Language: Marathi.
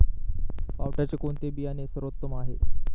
पावट्याचे कोणते बियाणे सर्वोत्तम आहे?